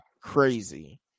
crazy